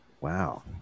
Wow